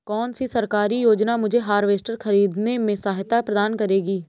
कौन सी सरकारी योजना मुझे हार्वेस्टर ख़रीदने में सहायता प्रदान करेगी?